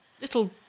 little